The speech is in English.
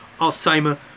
Alzheimer